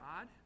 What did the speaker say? odd